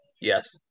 Yes